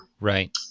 Right